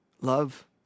love